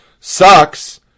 sucks